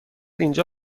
اینجا